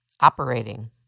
operating